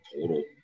total